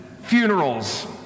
funerals